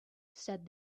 said